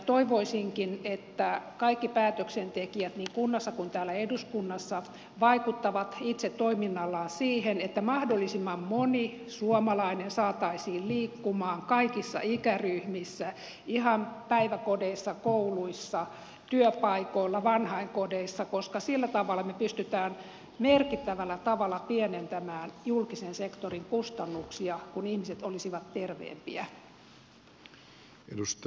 toivoisinkin että kaikki päätöksentekijät niin kunnissa kuin eduskunnassa vaikuttaisivat itse toiminnallaan siihen että mahdollisimman moni suomalainen saataisiin liikkumaan kaikissa ikäryhmissä ihan päiväkodeissa kouluissa työpaikoilla vanhainkodeissa koska sillä tavalla me pystymme merkittävällä tavalla pienentämään julkisen sektorin kustannuksia kun ihmiset olisivat terveempiä